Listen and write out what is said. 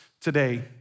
today